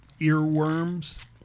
earworms